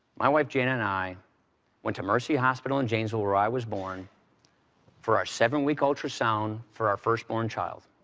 my wife janna and i went to mercy hospital in janesville where i was born for our seven-week ultrasound for our firstborn child,